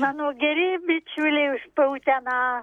mano geri bičiuliai pa uteną